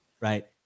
right